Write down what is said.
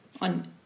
on